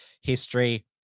history